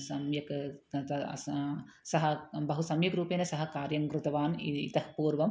सम्यक्तया अस सः बहु सम्यक् रूपेण सः कार्यं कृतवान् इति इतः पूर्वम्